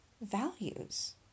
values